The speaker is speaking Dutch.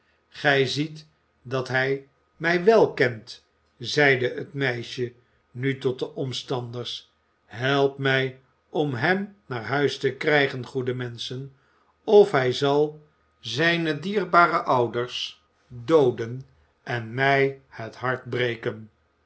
gij ziet dat hij mij wel kent zeide het meisje nu tot de omstanders help mij om hem naar huis te krijgen goede menschen of hij zal zijne dierbare ouders dooden en mij het hart breken